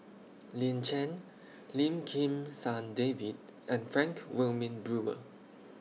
Lin Chen Lim Kim San David and Frank Wilmin Brewer